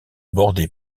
bordée